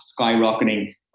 skyrocketing